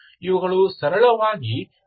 ಇವುಗಳು ಸರಳವಾಗಿ ಕಡಿಮೆ ಕ್ರಮಾಂಕದ ಪದಗಳು ಆಗಿವೆ